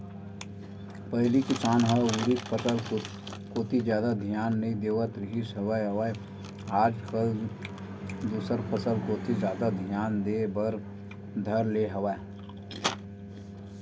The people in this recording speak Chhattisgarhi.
पहिली किसान ह उरिद फसल कोती जादा धियान नइ देवत रिहिस हवय आज कल दूसर फसल कोती जादा धियान देय बर धर ले हवय